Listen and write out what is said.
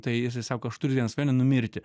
tai jisai sako aš turiu vieną svajonę numirti